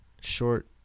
short